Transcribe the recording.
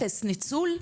אפס ניצול,